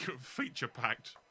feature-packed